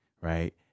right